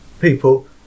people